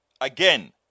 Again